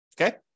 Okay